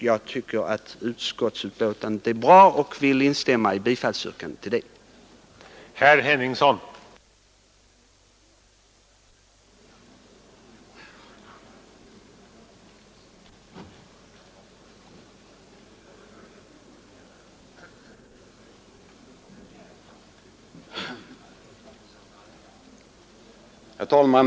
Jag tycker att utskottsbetänkandet är bra, och jag instämmer i yrkandet om bifall till utskottets hemställan.